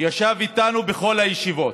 ישב איתנו בכל הישיבות.